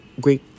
great